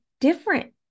different